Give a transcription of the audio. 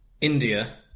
India